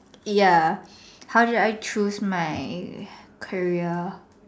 ya how did I choose my career